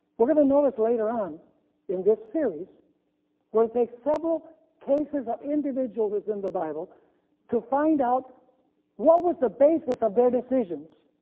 we are going to notice later on in this series where it takes several cases of individuals in the bible to find out what was the basis of their decisions.